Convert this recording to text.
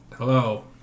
Hello